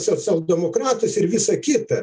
socialdemokratus ir visa kita